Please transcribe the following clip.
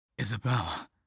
Isabella